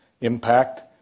impact